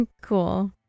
Cool